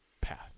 path